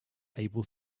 able